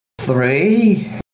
three